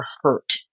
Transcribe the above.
hurt